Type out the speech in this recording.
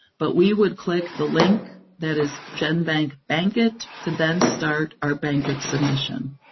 but we would click the link that is genbank bankit, to then start our bankit submission.